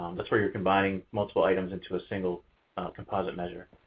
that's where you're combining multiple items into a single composite measure.